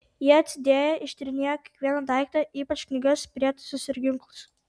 jie atsidėję ištyrinėjo kiekvieną daiktą ypač knygas prietaisus ir ginklus